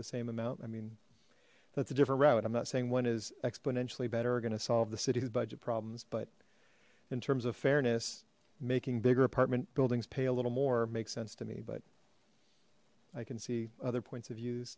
the same amount i mean that's a different row and i'm not saying one is exponentially better or gonna solve the city's budget problems but in terms of fairness making bigger apartment buildings pay a little more makes sense to me but i can see other points of views